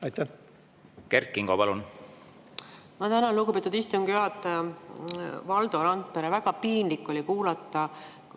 palun! Kert Kingo, palun! Ma tänan, lugupeetud istungi juhataja! Valdo Randpere! Väga piinlik oli kuulda